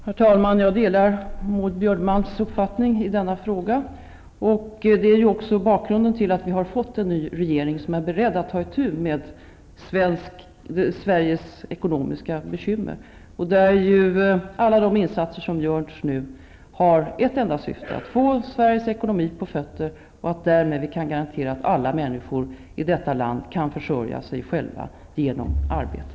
Herr talman! Jag delar Maud Björnemalms uppfattning i denna fråga, och detta är också bakgrunden till att vi har fått en ny regering som är beredd att ta itu med Sveriges ekonomiska bekymmer. Alla de insatser som görs nu i det sammanhanget har också ett enda syfte, nämligen att få Sveriges ekonomi på fötter så att vi därmed kan garantera att alla människor i detta land kan försörja sig själva genom arbete.